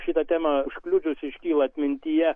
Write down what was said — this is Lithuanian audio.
šita tema užkliudžius iškyla atmintyje